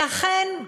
אכן,